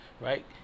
Right